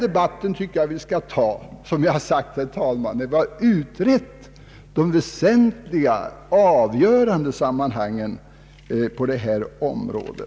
Som jag redan anfört, herr talman, anser jag att vi skall föra den debatten när vi har utrett de väsentliga och avgörande sammanhangen på detta område.